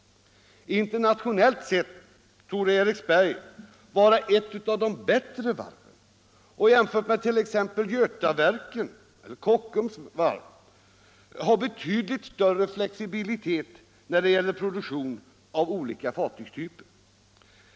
Internationellt sett torde Eriksberg vara ett av de bättre varven och jämfört med t.ex. Götaverken och Kockums varv ha betydligt större flexibilitet när det gäller produktion av olika fartygstyper.